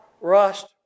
rust